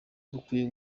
bukwiye